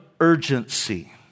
urgency